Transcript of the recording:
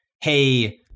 hey –